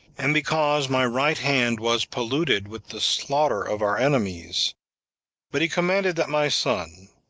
and because my right hand was polluted with the slaughter of our enemies but he commanded that my son,